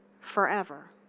forever